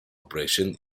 operation